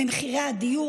מחירי הדיור,